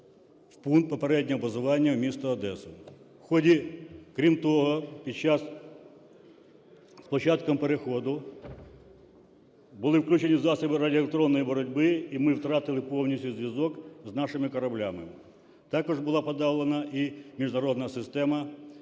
під час… з початком переходу були включені засоби радіоелектронної боротьби, і ми втратили повністю зв'язок з нашими кораблями. Також була подавлена і Міжнародна система